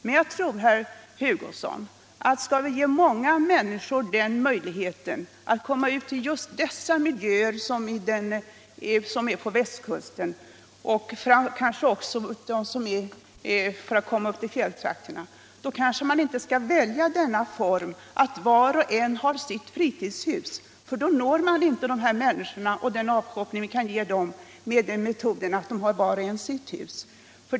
Men om vi skall ge många människor möjligheten att komma ut till just miljöerna på västkusten eller i fjälltrakterna kanske vi inte kan välja den formen att var och en har sitt fritidshus. Med den metoden når man inte alla människor och alla kan då inte få den avkoppling som fritidsboendet ger.